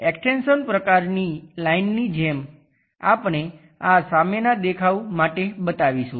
extension પ્રકારની line ની જેમ આપણે આ સામેના દેખાવ માટે બતાવીશું